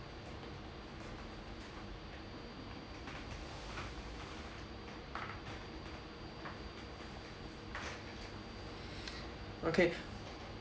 okay